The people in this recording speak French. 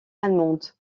allemande